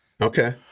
okay